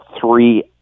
three